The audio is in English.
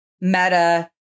meta